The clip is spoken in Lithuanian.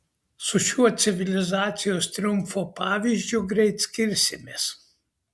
su šiuo civilizacijos triumfo pavyzdžiu greit skirsimės